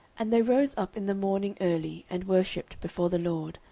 and they rose up in the morning early, and worshipped before the lord,